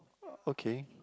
okay